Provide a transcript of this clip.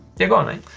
yeah go on mate.